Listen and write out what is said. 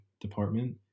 department